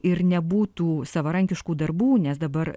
ir nebūtų savarankiškų darbų nes dabar